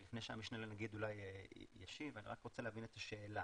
לפני שהמשנה לנגיד אולי ישיב אני רק רוצה להבין את השאלה,